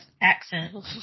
accent